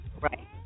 Right